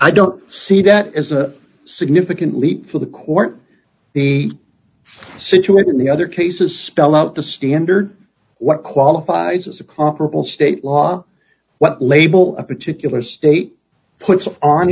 i don't see that as a significant leap for the court the situation the other cases spell out the standard what qualifies as a comparable state law what label a particular state puts on